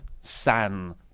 San